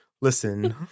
listen